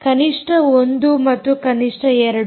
ಕನಿಷ್ಠ 1 ಮತ್ತು ಕನಿಷ್ಠ 2